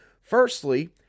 Firstly